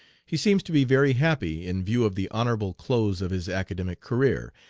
he seems to be very happy in view of the honorable close of his academic career,